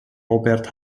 robert